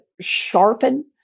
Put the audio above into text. sharpen